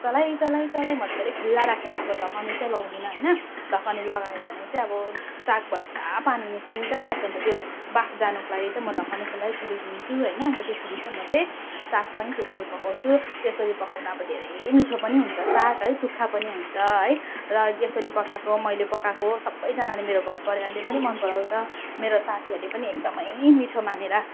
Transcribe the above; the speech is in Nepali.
चलाई चलाई चलाई मजाले खुला राखेर अब ढकनी चााहिँ लाउँदिनँ होइन ढकनी लगायो भने चाहिँ अब सागबाट पुरा पानी निस्कन्छ त्यहाँ अन्त त्यो बाफ जानुको लागि चाहिँ म ढकनी खुलै छोडिदिन्छु होइन अन्त त्यसरी चाहिँ म चाहिँ साग पनि त्यसरी पकाउँछु त्यसरी पकाउँदा अब धेरै मिठो पनि हुन्छ साग है सुक्खा पनि हुन्छ है र यसरी पकाएको मैले पकाएको सबैजनाले मेरो घर परिवारले पनि मन पराउँछ मेरो साथीहरूले पनि एकदमै मिठो मानेर